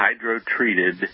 hydro-treated